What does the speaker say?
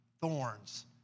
thorns